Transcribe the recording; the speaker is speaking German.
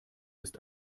ist